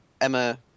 emma